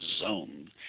zone